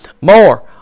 More